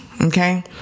Okay